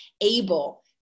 able